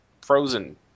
frozen